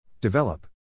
Develop